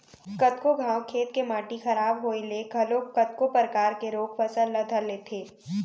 कतको घांव खेत के माटी खराब होय ले घलोक कतको परकार के रोग फसल ल धर लेथे